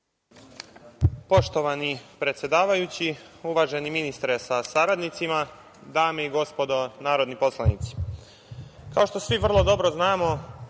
Poštovani predsedavajući, uvaženi ministre sa saradnicima, dame i gospodo narodni poslanici, kao što svi vrlo dobro znamo,